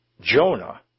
Jonah